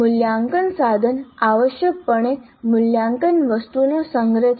મૂલ્યાંકન સાધન આવશ્યકપણે મૂલ્યાંકન વસ્તુઓનો સંગ્રહ છે